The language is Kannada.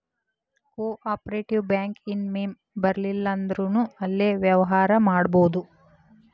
ಕೊ ಆಪ್ರೇಟಿವ್ ಬ್ಯಾಂಕ ಇನ್ ಮೆಂಬರಿರ್ಲಿಲ್ಲಂದ್ರುನೂ ಅಲ್ಲೆ ವ್ಯವ್ಹಾರಾ ಮಾಡ್ಬೊದು